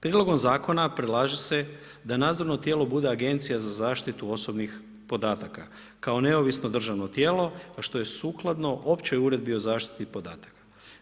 Prijedlogom zakona predlaže se da nadzorno tijelo bude Agencija za zaštitu osobnih podataka kao neovisno državno tijelo, a što je sukladno općoj uredbi o zaštiti podataka.